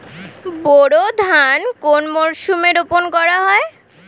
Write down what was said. বোরো ধান কোন মরশুমে রোপণ করা হয়?